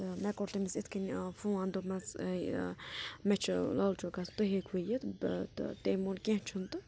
تہٕ مےٚ کوٚر تٔمِس یِتھ کنۍ فون دوٚپمَس اَے یہِ مےٚ چھِ لال چوک گَژھُن تُہۍ ہیٚکوٕ یتھ تہٕ تٔمۍ وون کیٚنٛہہ چھُنہٕ تہٕ